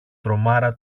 τρομάρα